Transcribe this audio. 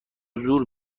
زور